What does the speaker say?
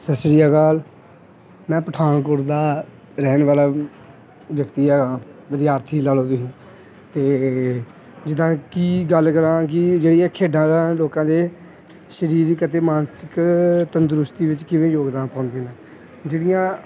ਸਤਿ ਸ਼੍ਰੀ ਅਕਾਲ ਮੈਂ ਪਠਾਨਕੋਟ ਦਾ ਰਹਿਣ ਵਾਲਾ ਵਿਅਕਤੀ ਹਾਂ ਵਿਦਿਆਰਥੀ ਲਾ ਲਓ ਤੁਸੀਂ ਅਤੇ ਜਿੱਦਾਂ ਕਿ ਗੱਲ ਕਰਾਂ ਕਿ ਜਿਹੜੀਆਂ ਖੇਡਾਂ ਲੋਕਾਂ ਦੇ ਸਰੀਰਕ ਅਤੇ ਮਾਨਸਿਕ ਤੰਦਰੁਸਤੀ ਵਿੱਚ ਕਿਵੇਂ ਯੋਗਦਾਨ ਪਾਉਂਦੀਆਂ ਨੇ ਜਿਹੜੀਆਂ